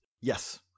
Yes